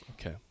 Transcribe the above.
Okay